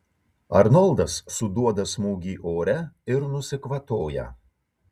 arnoldas suduoda smūgį ore ir nusikvatoja